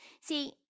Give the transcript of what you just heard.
See